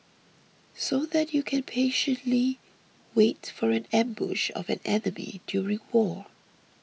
so that you can patiently wait for an ambush of an enemy during war